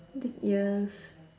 dig ears